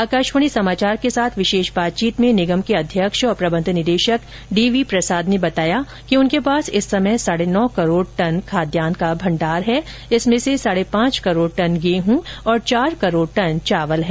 आकाशवाणी समाचार के साथ विशेष बातचीत में निगम के अध्यक्ष और प्रबंध निदेशक डी वी प्रसाद ने बताया कि उनके पास इस समय साढ़े नौ करोड़ टन खाद्यान्न का भंडार है जिसमें से साढ़े पांच करोड़ टन गेहूं और चार करोड़ टन चावल है